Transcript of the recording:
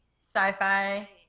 sci-fi